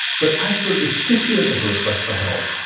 but as the recipient of a request for help,